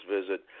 visit